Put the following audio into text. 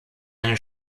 eine